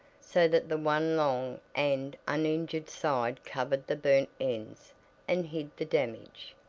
so that the one long and uninjured side covered the burnt ends and hid the damage.